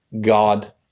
God